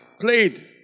played